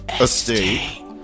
Estate